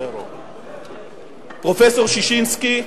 פרופסור ששינסקי,